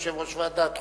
יושב-ראש ועדת חוקה,